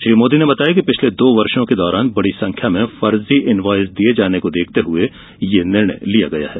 श्री मोदी ने कहा कि पिछले दो वर्षो के दौरान बड़ी संख्या में फर्जी इनवॉयस दिए जाने को देखते हुए यह निर्णय लिया गया है